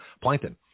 plankton